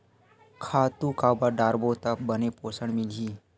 खातु काबर डारबो त बने पोषण मिलही?